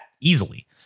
easily